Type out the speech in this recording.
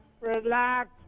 Relax